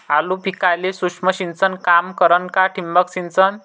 आलू पिकाले सूक्ष्म सिंचन काम करन का ठिबक सिंचन?